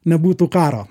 nebūtų karo